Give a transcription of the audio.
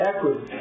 Equity